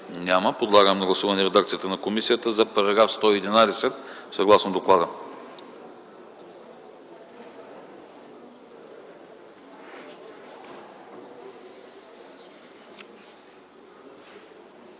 Няма. Подлагам на гласуване редакцията на комисията за § 110 съгласно докла.